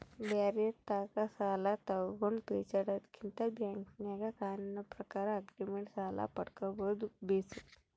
ಬ್ಯಾರೆರ್ ತಾಕ ಸಾಲ ತಗಂಡು ಪೇಚಾಡದಕಿನ್ನ ಬ್ಯಾಂಕಿನಾಗ ಕಾನೂನಿನ ಪ್ರಕಾರ ಆಗ್ರಿಮೆಂಟ್ ಸಾಲ ಪಡ್ಕಂಬದು ಬೇಸು